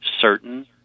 certain